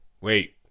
Wait